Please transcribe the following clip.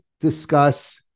discuss